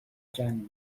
cannes